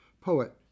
poet